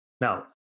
Now